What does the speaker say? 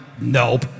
nope